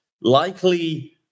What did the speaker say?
Likely